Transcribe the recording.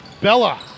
Bella